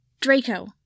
Draco